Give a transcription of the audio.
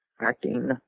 acting